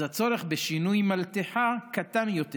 אז הצורך בשינוי מלתחה קטן יותר,